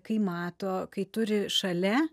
kai mato kai turi šalia